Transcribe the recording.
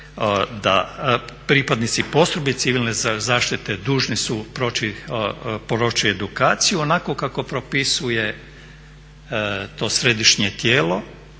da pripadnici postrojbi civilne zaštite dužni su proći edukaciju onako kako propisuje to središnje tijelo,